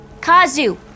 Kazu